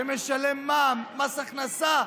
שמשלם מע"מ, מס הכנסה,